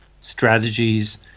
strategies